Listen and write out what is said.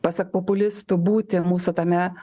pasak populistų būti mūsų tame